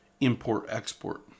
import-export